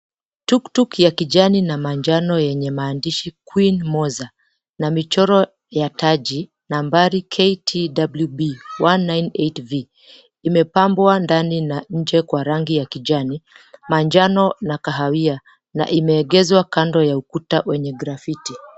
Tuktuk ya kijani na maandishi Queen Mozza na michoro ya taji nambari KTWB 198V. Imepambwa ndani na nje kwa rangi ya kijani, manjano na kahawia na imeegezwa kado ya ukuta wenye graffiti .